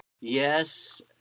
Yes